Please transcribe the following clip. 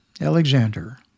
alexander